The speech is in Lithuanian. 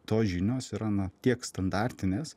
tos žinios yra na tiek standartinės